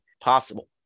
possible